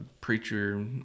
preacher